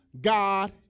God